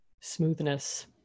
smoothness